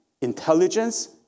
intelligence